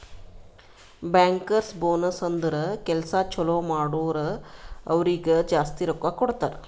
bankers bonus ಅಂದುರ್ ಕೆಲ್ಸಾ ಛಲೋ ಮಾಡುರ್ ಅವ್ರಿಗ ಜಾಸ್ತಿ ರೊಕ್ಕಾ ಕೊಡ್ತಾರ್